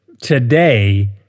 today